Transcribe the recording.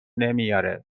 نمیاره